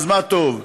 מה טוב,